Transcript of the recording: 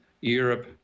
Europe